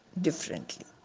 differently